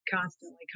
constantly